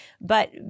But-